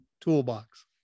toolbox